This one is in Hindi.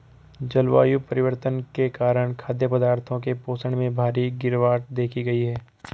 जलवायु परिवर्तन के कारण खाद्य पदार्थों के पोषण में भारी गिरवाट देखी गयी है